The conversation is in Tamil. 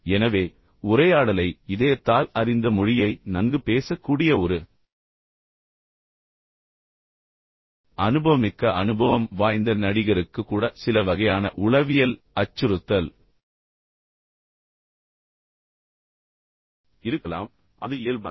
எனவே உரையாடலை இதயத்தால் அறிந்த மொழியை நன்கு பேசக்கூடிய ஒரு அனுபவமிக்க அனுபவம் வாய்ந்த நடிகருக்கு கூட சில வகையான உளவியல் அச்சுறுத்தல் இருக்கலாம் அது இயல்பானது